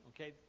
okay